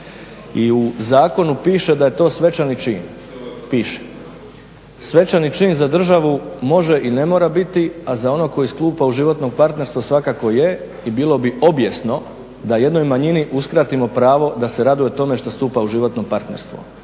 I u zakonu piše da je to svečani čin, piše. Svečani čin za državu može i ne mora biti, a za onog koji stupa u životno partnerstvo svakako je i bilo bi obijesno da jednoj manjini uskratimo pravo da se raduje tome što stupa u životno partnerstvo,